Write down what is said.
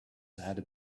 had